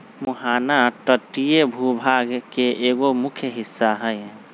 मुहाना तटीय भूभाग के एगो मुख्य हिस्सा हई